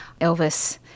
Elvis